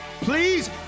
please